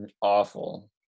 awful